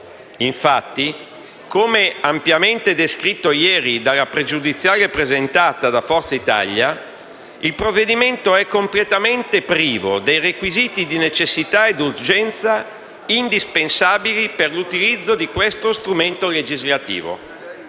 Infatti, come ampiamente descritto ieri dalla questione pregiudiziale presentata da Forza Italia, il provvedimento è completamente privo dei requisiti di necessità ed urgenza indispensabili per l'utilizzo di questo strumento legislativo.